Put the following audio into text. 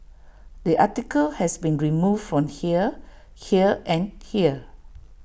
the article has been removed from here here and here